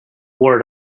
word